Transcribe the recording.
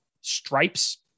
stripes